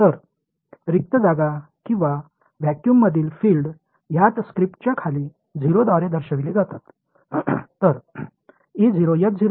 तर रिक्त जागा किंवा व्हॅक्यूममधील फील्ड ह्यात स्क्रिप्टच्या खाली 0 द्वारे दर्शविली जातात